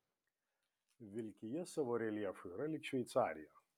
vilkija savo reljefu yra lyg šveicarija